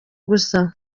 gusa